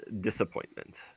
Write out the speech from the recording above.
disappointment